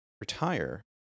retire